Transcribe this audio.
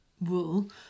wool